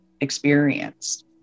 experienced